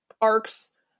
arcs